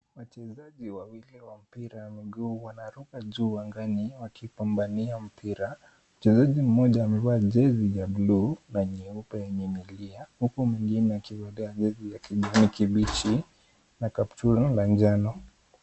Wachezaji wawili wa mpira ya miguu wanaruka juu angani wakipambania mpira. Mchezaji mmoja amevaa jezi ya blue na nyeupe yenye milia huku mwingine akivalia jezi ya kijani kibichi na kaptura la njano.